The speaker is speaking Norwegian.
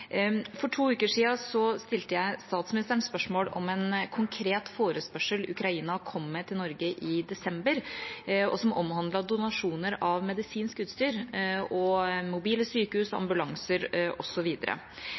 For to uker siden stilte jeg statsministeren spørsmål om en konkret forespørsel som Ukraina kom med til Norge i desember, og som omhandlet donasjoner av medisinsk utstyr, mobile sykehus,